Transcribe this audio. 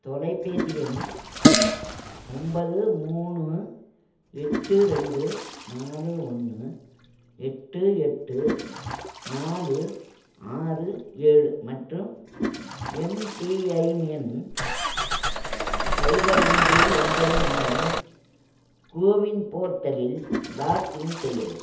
தொலைபேசி எண் ஒன்பது மூணு எட்டு ரெண்டு நாலு ஒன்று எட்டு எட்டு நாலு ஆறு ஏழு மற்றும் எம்பிஐமிஎன் சைபர் அஞ்சு எண்பது மூலம் கோவின் போர்ட்டலில் லாக்இன் செய்யவும்